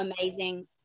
amazing